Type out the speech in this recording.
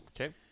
Okay